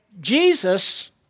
Jesus